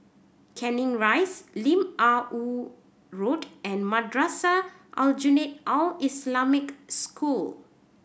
Canning Rise Lim Ah Woo Road and Madrasah Aljunied Al Islamic School